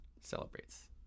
celebrates